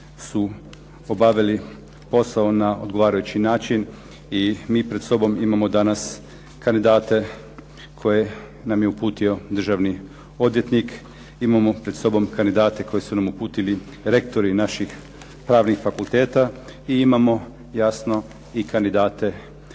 su obavili posao na odgovarajući način i mi pred sobom imamo danas kandidate koje nam je uputio državni odvjetnik. Imamo pred sobom kandidate koje su nam uputili rektori naših pravnih fakulteta i imamo jasno i kandidate ispred